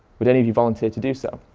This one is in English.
would any of you volunteer to do so?